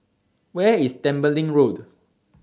Where IS Tembeling Road